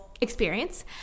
Experience